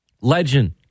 Legend